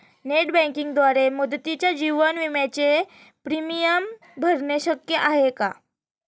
Net बँकिंगद्वारे मुदतीच्या जीवन विम्याचे प्रीमियम भरणे शक्य आहे का?